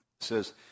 says